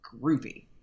Groovy